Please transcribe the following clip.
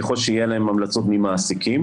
ככל שיהיו עליהן המלצות ממעסיקים.